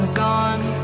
gone